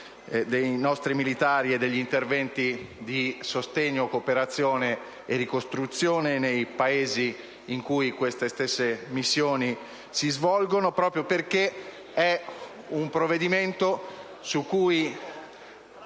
dei nostri militari e degli interventi di sostegno, cooperazione e ricostruzione nei Paesi in cui queste missioni si svolgono, proprio perché è uno di quei provvedimenti su cui